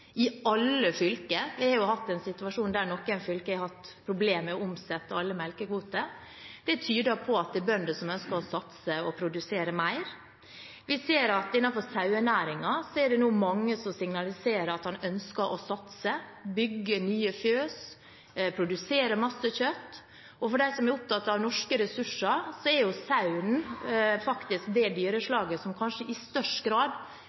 i alle fylker – vi har hatt en situasjon der noen fylker har hatt problem med å omsette alle melkekvotene – og det tyder på at det er bønder som ønsker å satse og produsere mer. Vi ser at det innenfor sauenæringen nå er mange som signaliserer at de ønsker å satse: bygge nye fjøs og produsere mye kjøtt. Og for dem som er opptatt av norske ressurser, er sauen faktisk det dyreslaget som kanskje i størst grad